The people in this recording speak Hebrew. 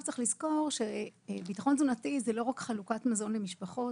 צריך לזכור שביטחון תזונתי זה לא רק חלוקת מזון למשפחות,